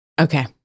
Okay